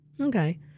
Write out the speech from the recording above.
Okay